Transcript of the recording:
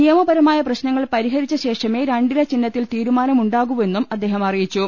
നിയമപര മായ പ്രശ്നങ്ങൾ പരിഹരിച്ചശേഷമേ രണ്ടില ചിഹ്നത്തിൽ തീരു മാനമുണ്ടാകൂവെന്നും അദ്ദേഹം അറിയിച്ചു